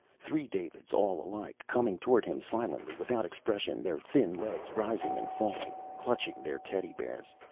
three davids, all alike, coming toward him silently, without expression, their thin legs rising and falling. clutching their teddy bears.